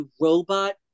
robot